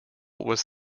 was